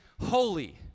holy